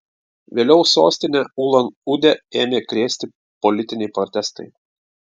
vėliau sostinę ulan udę ėmė krėsti politiniai protestai